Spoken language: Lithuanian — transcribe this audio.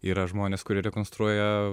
yra žmonės kurie rekonstruoja